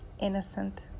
innocent